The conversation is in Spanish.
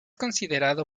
considerado